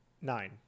Nine